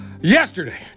Yesterday